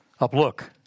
Uplook